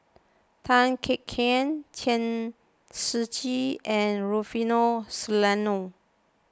Tan Kek Hiang Chen Shiji and Rufino Soliano